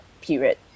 period